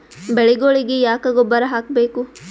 ಬೆಳಿಗೊಳಿಗಿ ಯಾಕ ಗೊಬ್ಬರ ಹಾಕಬೇಕು?